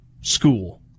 school